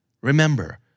Remember